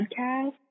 podcast